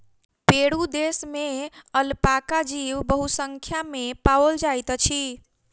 Peru देश में alpaca जीव बहुसंख्या में पाओल जाइत अछि